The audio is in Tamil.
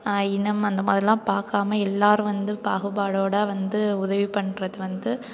இனம் அந்த மாதிரிலாம் பார்க்காம எல்லோரும் வந்து பாகுபாடோடு வந்து உதவி பண்ணுறது வந்து